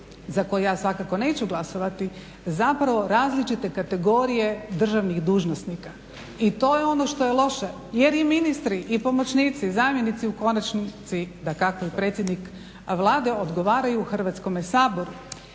za koji ja svakako neću glasovati zapravo različite kategorije državnih dužnosnika. I to je ono što je loše jer i ministri i pomoćnici, zamjenici u konačnici dakako i predsjednik Vlade odgovaraju Hrvatskome saboru